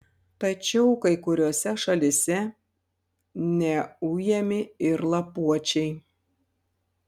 tačiau kai kuriose šalyse neujami ir lapuočiai